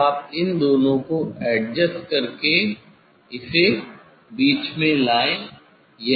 अब आप इन दोनों को एडजस्ट करके इसे बीच में लाएँ